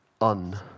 un